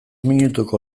minutuko